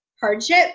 hardship